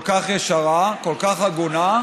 כל כך ישרה, כל כך הגונה,